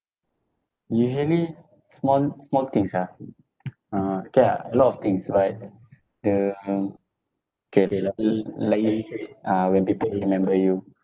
usually small small things ah uh K ah a lot of things but the K like you said uh when people remember you